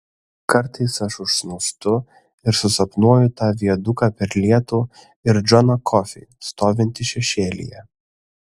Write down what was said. kartais aš užsnūstu ir susapnuoju tą viaduką per lietų ir džoną kofį stovintį šešėlyje